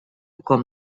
com